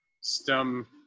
STEM